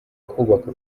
kubaka